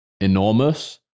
enormous